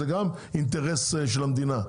זה גם אינטרס של המדינה,